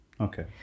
Okay